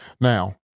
Now